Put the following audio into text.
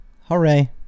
hooray